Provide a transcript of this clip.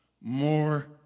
more